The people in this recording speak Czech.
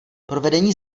provedení